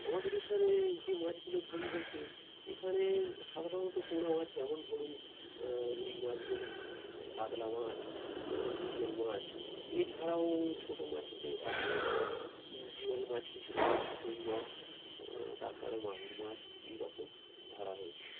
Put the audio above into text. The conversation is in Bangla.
আমাদের এখানে যে মাছগুলো ধরি বলতে এখানে সাধারণত পোনা মাছ যেমন ধরুন রুই মাছ বলি কাতলা মাছ মৃগেল মাছ এছাড়াও ছোটো মাছ হিসেবে পুঁটি মাছ জিওল মাছ কিছু ধরেছি কই মাছ তার পরে মাগুর মাছ এই রকম ধরা হয়েছে